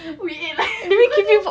we ate like we continue